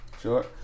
Sure